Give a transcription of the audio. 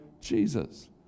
Jesus